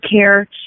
care